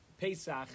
Pesach